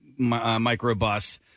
microbus